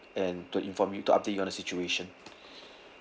and to inform you to update you on the situation